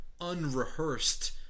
unrehearsed